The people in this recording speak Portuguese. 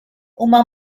uma